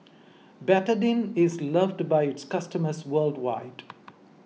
Betadine is loved by its customers worldwide